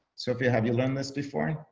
sofia have you learned this before?